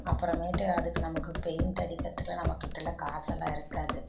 அப்புறமேட்டு அதுக்கு நமக்கு பெய்ண்ட் அடிக்கிறதுக்கெல்லாம் நம்மக்கிட்டேலாம் காசெல்லாம் இருக்காது